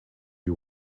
you